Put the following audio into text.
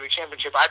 Championship